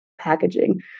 packaging